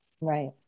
Right